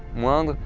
wild